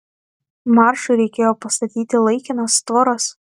maršui reikėjo pastatyti laikinas tvoras